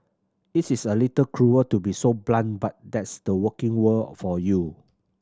it is a little cruel to be so blunt but that's the working world for you